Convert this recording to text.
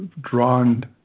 drawn